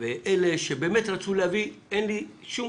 ואלה שבאמת רצו להביא, אין לי שום